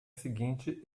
seguinte